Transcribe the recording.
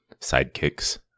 sidekicks